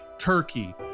Turkey